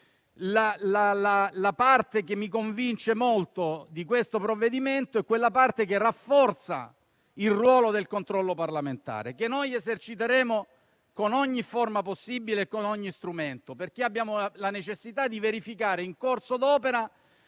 La parte che di questo provvedimento mi convince molto è quella che rafforza il ruolo del controllo parlamentare, che noi eserciteremo con ogni forma possibile e con ogni strumento, perché abbiamo la necessità di verificare in corso d'opera